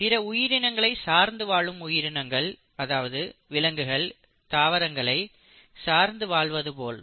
பிற உயிரினங்களை சார்ந்து வாழும் உயிரினங்கள் அதாவது விலங்குகள் தாவரங்களை சார்ந்து வாழ்வது போல